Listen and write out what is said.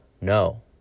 No